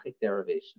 derivation